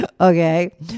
Okay